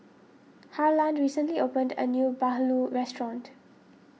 Harland recently opened a new Bahulu restaurant